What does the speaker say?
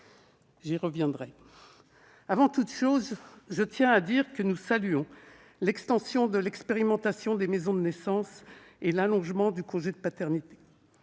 J'y reviendrai. Avant toute chose, je tiens à dire que nous saluons l'extension de l'expérimentation des maisons de naissance et l'allongement du congé de paternité.